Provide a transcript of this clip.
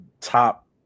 top